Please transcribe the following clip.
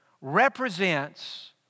represents